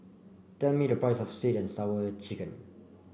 tell me the price of sweet and Sour Chicken